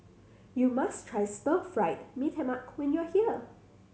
you must try Stir Fry Mee Tai Mak when you are here